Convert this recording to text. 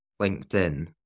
LinkedIn